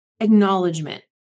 acknowledgement